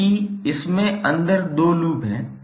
क्योंकि इसमें अंदर 2 लूप हैं